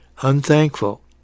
Unthankful